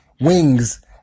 wings